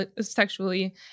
sexually